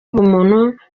bumuntu